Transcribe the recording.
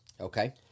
Okay